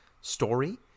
story